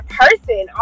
person